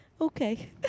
okay